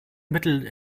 mittel